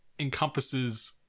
encompasses